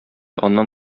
аннан